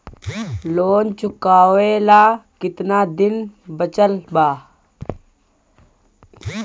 Loan चुकावे ला कितना दिन बचल बा?